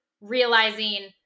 realizing